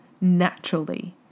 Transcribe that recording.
Naturally